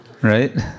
Right